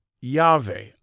Yahweh